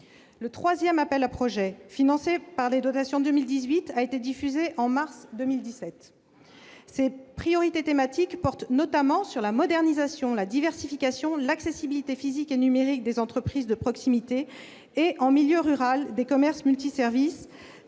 Le troisième, financé par les dotations 2018, a été diffusé en mars 2017. Ses priorités thématiques portent notamment sur la modernisation, la diversification, l'accessibilité physique et numérique des entreprises de proximité et, en milieu rural, des commerces multiservices,